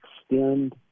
extend